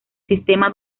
sistema